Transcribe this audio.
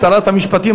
שרת המשפטים,